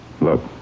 Look